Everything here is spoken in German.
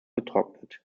getrocknet